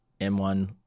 M1